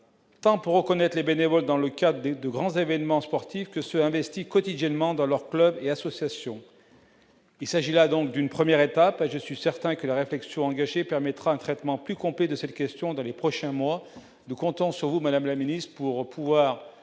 tant pour reconnaître les bénévoles dans le cadre de grands événements sportifs que ce investis quotidiennement dans leurs clubs et associations, il s'agit là donc d'une première étape, je suis certain que la réflexion engagée permettre un traitement plus complet de cette question dans les prochains mois de contentieux, vous Madame la Ministre, pour pouvoir